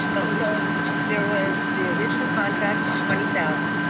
so there was the original contract was twenty thousand,